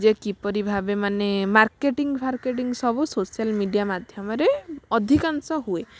ଯେ କିପରି ଭାବେ ମାନେ ମାର୍କେଟିଂ ଫାର୍କେଟିଂ ସବୁ ସୋସିଆଲ ମିଡ଼ିଆ ମାଧ୍ୟମରେ ଅଧିକାଂଶ ହୁଏ